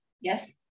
Yes